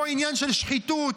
לא עניין של שחיתות,